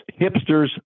hipsters